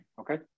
Okay